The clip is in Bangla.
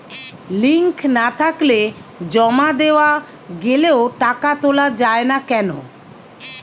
লিঙ্ক না থাকলে জমা দেওয়া গেলেও টাকা তোলা য়ায় না কেন?